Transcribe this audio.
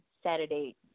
Saturday